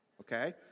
Okay